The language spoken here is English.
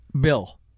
bill